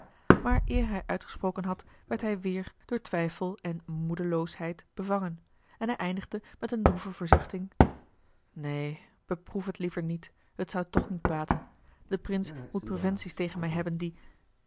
maar eer hij uitgesproken had werd hij weêr door twijfel en moedeloosheid bevangen en hij eindigde met eene droeve verzuchting neen beproef het liever niet het zou toch niet baten de prins moet preventies tegen mij hebben die